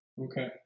Okay